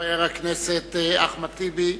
חבר הכנסת אחמד טיבי,